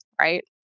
right